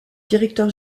directeur